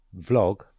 vlog